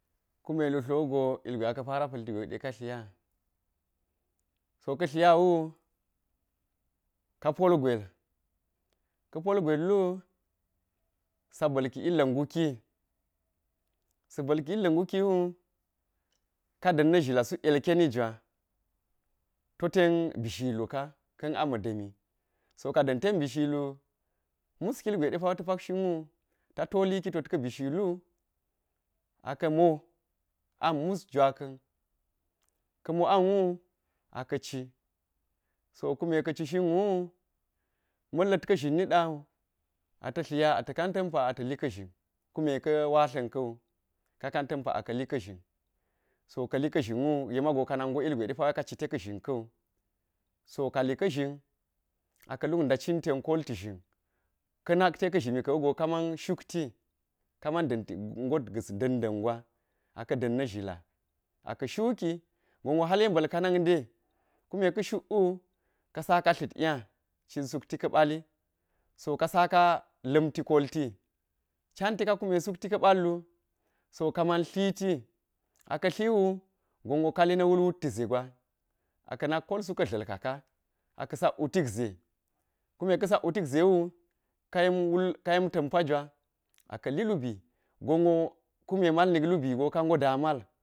Kume lu tlowugo ilgwe a ka̱ para pa̱l ti go yek ɗe ka tlinya so ka̱ tlinya wu ka pol gwel ka̱ polgwellu sa balki llla̱ nguki, sa̱ balki llla̱ nguki wu ka da̱n na̱ tlila suk yilkeni jwa to ten bi shilu ka ka̱n ama̱ da̱mi, so ka da̱nten bi shilu muskiligwe de ta̱ pak shinwu ta toli ki tod ka̱ bi shiluwu aka̱ mo an mus jwaka̱n ka̱ mo an wu aka̱ ci so kume ka̱ci shinwu wu ma̱n la̱d ka̱ zhin nida̱wu to ata̱ tlinya a ta̱ kan ta̱npa ata̱li ka̱ zhin kume ka̱ watla̱n kawu, ka kan ta̱npa aka̱ li ka̱ zhin so ka̱li ka zhirwu yekmago kanak go ilgwe depawe ka ci te ka̱ zhimi ka̱wu so kali ka̱ zhin a ka̱ zhimi ka̱wugo ka man shukti kaman danti ndot ga̱a da̱n da̱n gwa aka̱ da̱n na̱ tlila aka̱ shuki genwo hal yemba̱l ka nak nde kume ka̱ shukwu ka saka tlidnya cin suki ka̱ bali so ka saka lanti kolti can te kume sukti ka ka̱ ɓallu so ka man tliti a ka̱ tliwu gonwo kali na̱ wul wutti ze gwa a ka̱ nak konsu ka̱ dla̱l ka ka aka̱ sak wutik ze kume ka̱ sak wutik ze wu ka yemwul, ka yem ta̱npajwa aka̱li lubi gonwo kume mal niklubi go ka ngo da mal.